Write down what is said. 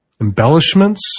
embellishments